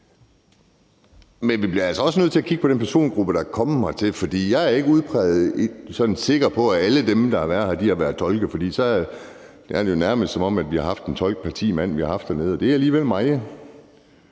Men vi bliver altså også nødt til at kigge på den persongruppe, der er kommet hertil, for jeg er ikke sådan udpræget sikker på, at alle dem, der har været her, har været tolke, for så ville det jo nærmest være, som om vi havde haft en tolk pr. ti mand, vi har haft hernede, og det er alligevel meget.